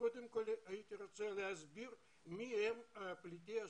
קודם כל הייתי רוצה להסביר מיהם פליטי השואה.